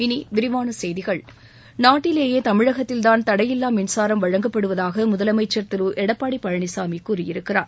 இனி விரிவான செய்திகள் நாட்டிலேயே தமிழகத்தில்தான் தடையில்லா மின்சாரம் வழங்கப்படுவதாக முதலமைச்ச் திரு எடப்பாடி பழனிசாமி கூறியிருக்கிறார்